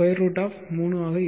√3 ஆக இருக்கும்